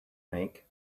make